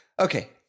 Okay